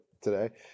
today